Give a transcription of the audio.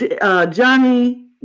Johnny